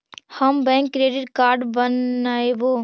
हम bank credit card बनैवो?